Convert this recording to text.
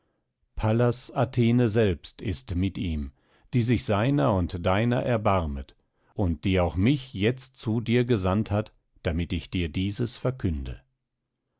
pallas athene selbst ist mit ihm die sich seiner und deiner erbarmet und die auch mich jetzt zu dir gesandt hat damit ich dir dieses verkünde